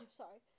sorry